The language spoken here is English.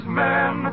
men